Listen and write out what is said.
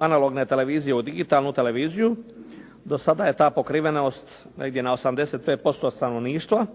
analogne televizije u digitalnu televiziju. Do sada je ta pokrivenost negdje na 85% stanovništva